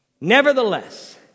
Nevertheless